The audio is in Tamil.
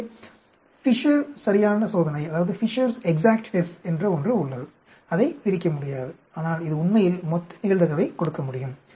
எனவே ஃபிஷர் சரியான சோதனை Fisher's exact test என்று ஒன்று உள்ளது அதை பிரிக்க முடியாது ஆனால் இது உண்மையில் மொத்த நிகழ்தகவைக் கொடுக்க முடியும்